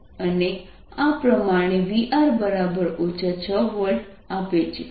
અને આ આપણને VR 6V આપે છે